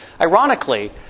Ironically